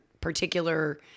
particular